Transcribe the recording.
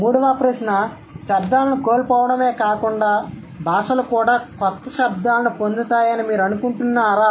మూడవ ప్రశ్న శబ్దాలను కోల్పోవడమే కాకుండా భాషలు కూడా కొత్త శబ్దాలను పొందుతాయని మీరు అనుకుంటున్నారా